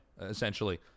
essentially